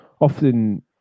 often